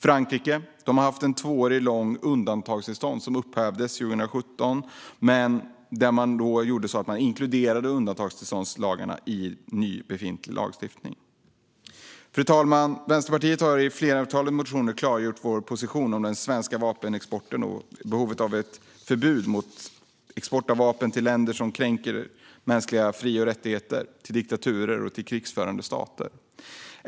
Frankrike har haft ett två år långt undantagstillstånd som upphävdes 2017, men man inkluderade då undantagstillståndslagarna i ny lagstiftning. Fru talman! Vänsterpartiet har i ett flertal motioner klargjort vår position när det gäller den svenska vapenexporten och behovet av ett förbud mot export av vapen till länder som kränker mänskliga fri och rättigheter och till diktaturer och krigförande stater.